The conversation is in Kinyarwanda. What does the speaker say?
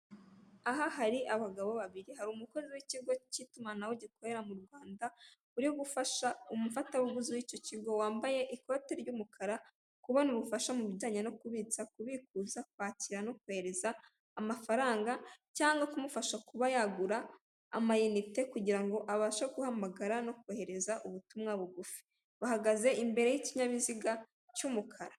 Aha hari abagabo babiri hari umukozi w'ikigo cy'itumanaho gikorera mu Rwanda uri gufasha umufatabuguzi w'icyo kigo wambaye ikoti ry'umukara kubona ubufasha mu bijyanye no kubitsa, kubikuza, kwakira no koreza amafaranga cyangwa kumufasha kuba yagura amayinite kugirango ngo abashe guhamagara no kohereza ubutumwa bugufi bahagaze imbere y'ikinyabiziga cy'umukara.